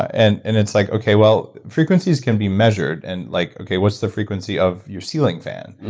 and and it's like, okay well, frequencies can be measured, and like okay what's the frequency of your ceiling fan?